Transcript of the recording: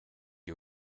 you